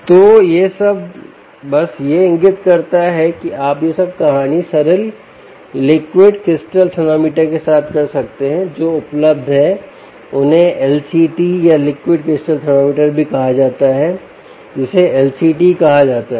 तो यह सब बस यह इंगित करता है कि आप यह सब कहानी सरल लिक्विड क्रिस्टल थर्मामीटर के साथ कर सकते हैं जो उपलब्ध हैं उन्हें LCT या लिक्विड क्रिस्टल थर्मामीटर भी कहा जाता है जिसे LCT LCT कहा जाता है